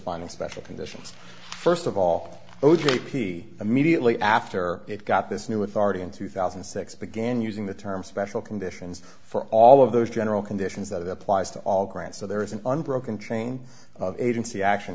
final special conditions first of all o j p immediately after it got this new authority in two thousand and six began using the term special conditions for all of those general conditions that applies to all grants so there is an unbroken chain of agency action